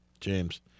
James